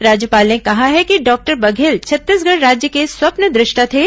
राज्यपाल ने कहा है कि डॉक्टर बघेल छत्तीसगढ़ राज्य के स्वप्नदृष्टा थे